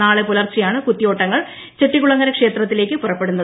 നാളെ പുലർച്ചെയാണ് കുത്തിയോട്ടങ്ങൾ ചെട്ടികുളങ്ങര ക്ഷേത്രത്തിലേക്ക് പുറപ്പെടുന്നത്